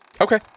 Okay